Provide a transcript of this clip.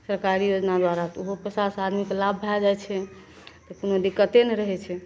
सरकारी योजना द्वारा तऽ ओहो पइसासे आदमीके लाभ भै जाइ छै तऽ कोनो दिक्कते नहि रहै छै